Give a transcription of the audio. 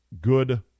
good